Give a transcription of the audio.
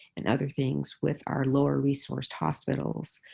and other things with our lower-resourced hospitals.